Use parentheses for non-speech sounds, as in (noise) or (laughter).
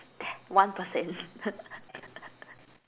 ten one percent (laughs)